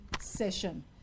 session